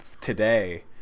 today